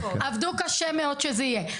עבדו קשה מאוד שזה יהיה,